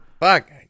Fuck